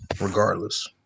regardless